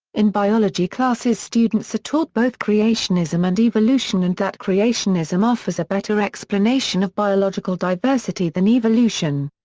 in biology classes students are taught both creationism and evolution and that creationism offers a better explanation of biological diversity than evolution.